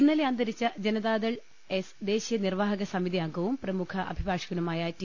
ഇന്നലെ അന്തരിച്ച ജനതാദൾ എസ് ദേശീയ നിർവാഹക സമിതി അംഗവും പ്രമുഖ അഭിഭാഷകനുമായ ടീ